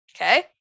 Okay